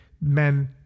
men